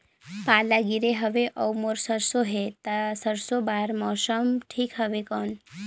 पाला गिरे हवय अउर मोर सरसो हे ता सरसो बार मौसम ठीक हवे कौन?